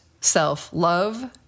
self-love